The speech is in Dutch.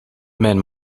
mijn